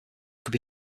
could